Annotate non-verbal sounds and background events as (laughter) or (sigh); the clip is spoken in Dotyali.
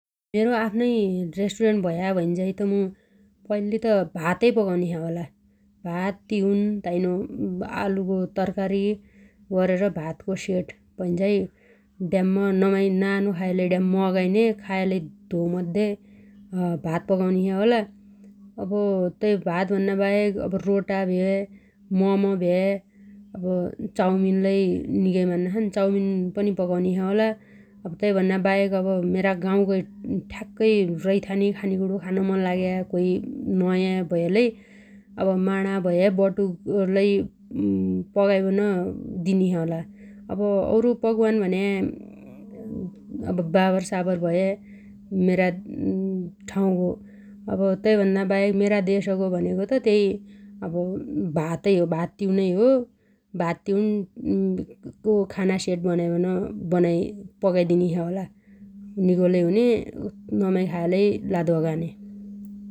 मेरो आफ्नै रेष्टुरेन्ट भया भैन्झाइ त मु पैल्ली त भातै पकाउनेछ्या होला । भात तिउन ताइनो आलुगो तरकारी अरेर भातको सेट भैन्झाइ ड्याम्म नमाइ नानो खायालै ड्याम्म अगाइने खायालै धो मद्दे भात पगाउन्छ्या होला । अब तै भात भन्नाबाहेक रोटा भ्या मम भ्या चाउमिन लै निगै मान्नाछन् । चाउमिन पनि पगाउनीछ्या होला । तैभन्नाबाहेक (hesitation) मेरा गाउगै (hesitation) ठ्याक्कै रैथाने खानेकुणो खान मन लाग्या कोइ नयाँ भयालै अब माणा भया बटुगलै (hesitation) पगाइबन दिनिछ्या होला । अब अउरु पकवान भन्या (hesitation) बाबर साबर भया मेरा (hesitation) ठाउगो अब तैभन्नाबाहेक मेरा देशगो भनेगो त त्यही अब भातै हो भात तिउनै हो । भात तिउन (hesitation) को खाना सेट बनाइबन बनाइ_पगाइ दिनीछ्या होला । निगो लै हुन्या नमाइ खायालै लादो अगान्या ।